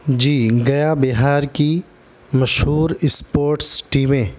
جی گیا بہار کی مشہور اسپورٹس ٹیمیں